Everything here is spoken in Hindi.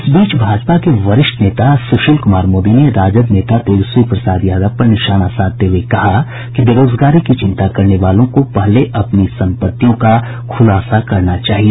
इस बीच भाजपा के वरिष्ठ नेता सुशील कुमार मोदी ने राजद नेता तेजस्वी प्रसाद यादव पर निशाना साधते हुए कहा कि बेरोजगारी की चिंता करने वालों को पहले अपनी संपत्तियों का खूलासा करना चाहिए